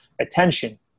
attention